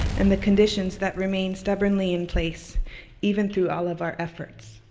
and the conditions that remain stubbornly in place even through all of our efforts.